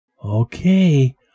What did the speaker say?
Okay